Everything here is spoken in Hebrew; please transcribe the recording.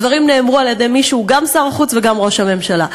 הדברים נאמרו על-ידי מי שהוא גם שר החוץ וגם ראש הממשלה,